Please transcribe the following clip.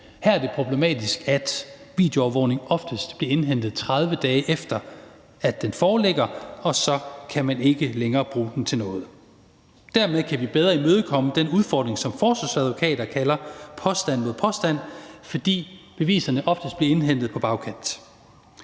Her er det problematisk, at videoovervågning oftest bliver indhentet, 30 dage efter den foreligger, og at man så ikke længere kan bruge den til noget. Dermed kan vi bedre imødekomme den udfordring, som forsvarsadvokater kalder påstand mod påstand, fordi beviserne oftest bliver indhentet på bagkant.